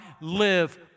live